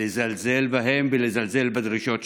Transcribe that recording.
לזלזל בהם ולזלזל בדרישות שלהם.